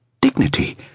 dignity